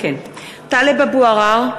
(קוראת בשמות חברי הכנסת) טלב אבו עראר,